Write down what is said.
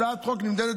הצלחת הצעת חוק נמדדת